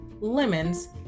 Lemons